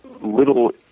little